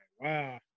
wow